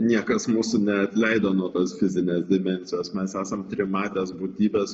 niekas mūsų neatleido nuo tos fizinės dimensijos mes esam trimatės būtybės